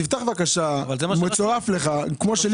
תסתכל בחוות